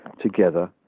together